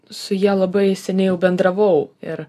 su ja labai seniai jau bendravau ir